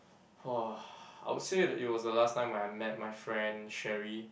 !wah! I would say that it was the last time where I met my friend Sherry